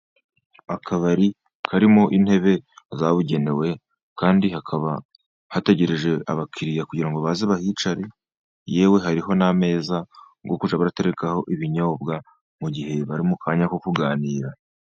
Akabari karimo intebe zabugenewe kandi hakaba bategereje abakiriya, kugira ngo baze bahicare yewe hariho n'ameza yo kujya baraterekaho ibinyobwa, mu gihe bari mu kanya ko kuganira.